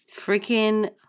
Freaking